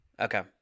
Okay